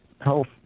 health